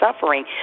suffering